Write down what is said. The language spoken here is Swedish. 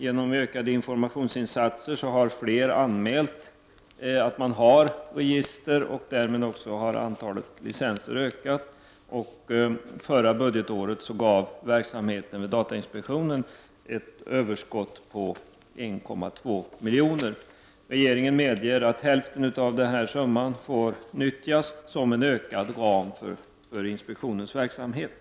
Genom ökade informationsinsatser har fler användare anmält att de har register. Därmed har också antalet licenser ökat. Förra budgetåret gav verksamheten vid datainspektionen ett överskott om 1,2 milj.kr. Regeringen medger att hälften av denna summa får utnyttjas som ökad ram för inspektionens verksamhet.